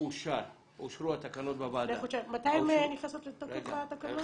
זה שאושרו התקנות בוועדה --- מתי נכנסות לתוקף התקנות?